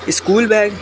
school bag